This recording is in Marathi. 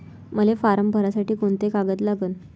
मले फारम भरासाठी कोंते कागद लागन?